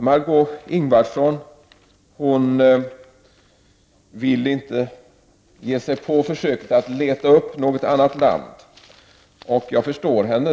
Margö Ingvardsson vill inte ge sig på att försöka leta upp något annat land. Jag förstår henne.